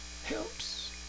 Helps